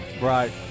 Right